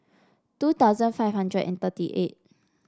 two thousand five hundred and thirty eight